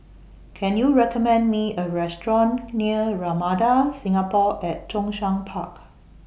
Can YOU recommend Me A Restaurant near Ramada Singapore At Zhongshan Park